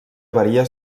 varia